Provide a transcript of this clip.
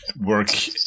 work